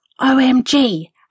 OMG